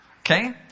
Okay